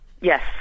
Yes